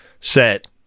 set